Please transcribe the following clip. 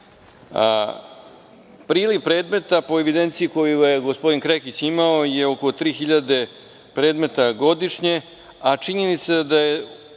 predmeta po evidenciji koju je gospodin Krekić imao je oko 3000 predmeta godišnje, a činjenica da je